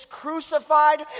crucified